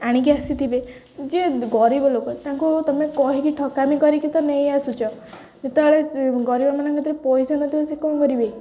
ଆଣିକି ଆସିଥିବେ ଯିଏ ଗରିବ ଲୋକ ତାଙ୍କୁ ତୁମେ କହିକି ଠକାମି କରିକି ତ ନେଇ ଆସୁଛ ଯେତେବେଳେ ଗରିବମାନଙ୍କ ଯେଉଁଥିରେ ପଇସା ନଥିବ ସେ କ'ଣ କରିବେ